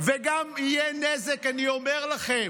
וגם יהיה נזק, אני אומר לכם,